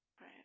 Right